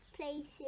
places